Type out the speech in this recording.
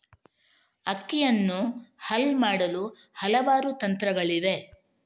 ಅಕ್ಕಿಯನ್ನು ಹಲ್ ಮಾಡಲು ಹಲವಾರು ತಂತ್ರಗಳಿವೆ